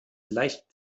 leicht